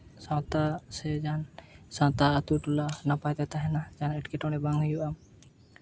ᱥᱟᱶᱛᱟ ᱥᱮ ᱡᱟᱦᱟᱸ ᱥᱟᱶᱛᱟ ᱟᱛᱳ ᱴᱚᱞᱟ ᱱᱟᱯᱟᱭ ᱛᱮ ᱛᱟᱦᱮᱱᱟ ᱡᱟᱦᱟᱸ ᱮᱴᱠᱮᱴᱚᱬᱮ ᱵᱟᱝ ᱦᱩᱭᱩᱜᱼᱟ